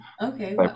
okay